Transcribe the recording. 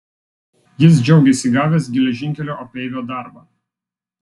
jis džiaugėsi gavęs geležinkelio apeivio darbą